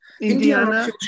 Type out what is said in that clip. Indiana